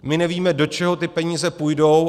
My nevíme, do čeho ty peníze půjdou.